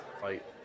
fight